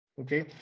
Okay